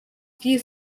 few